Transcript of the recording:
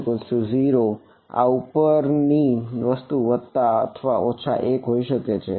r1 20 આ ઉપરની વસ્તુ વત્તા અથવા ઓછા 1 હોઈ શકે